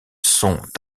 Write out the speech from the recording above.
sont